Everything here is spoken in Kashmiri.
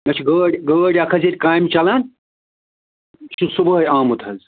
مےٚ چھِ گٲڑۍ گٲڑۍ اَکھ حظ چھِ ییٚتہِ کامہِ چلان یہِ چھُ صُبحٲے آمُت حظ